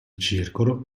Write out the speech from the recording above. circolo